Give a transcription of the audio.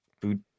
food